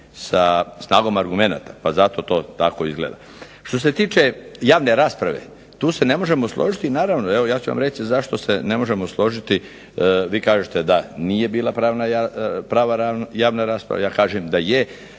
sa snagom argumenata, pa zato to tako izgleda. Što se tiče javne rasprave, tu se ne možemo složiti. Naravno, evo ja ću vam reći zašto se ne možemo složiti. Vi kažete da nije bila prava javna rasprava. Ja kažem da je.